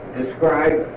describe